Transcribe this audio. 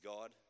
God